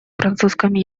французском